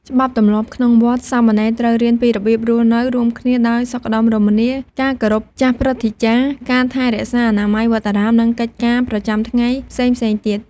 ច្បាប់ទម្លាប់ក្នុងវត្ត សាមណេរត្រូវរៀនពីរបៀបរស់នៅរួមគ្នាដោយសុខដុមរមនា ការគោរពចាស់ព្រឹទ្ធាចារ្យ ការថែរក្សាអនាម័យវត្តអារាម និងកិច្ចការប្រចាំថ្ងៃផ្សេងៗទៀត។